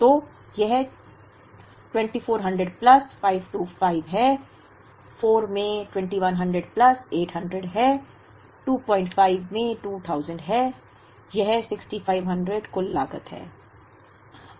तो यह 2400 प्लस 525 है 4 में 2100 प्लस 800 है 25 में 2000 है यह 6500 कुल लागत है